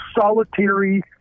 solitary